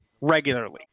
regularly